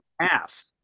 half